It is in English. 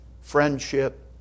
friendship